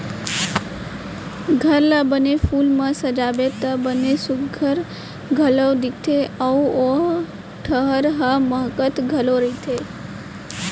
घर ला बने फूल म सजाबे त बने सुग्घर घलौ दिखथे अउ ओ ठहर ह माहकत घलौ रथे